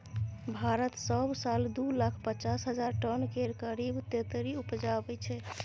भारत सब साल दु लाख पचास हजार टन केर करीब तेतरि उपजाबै छै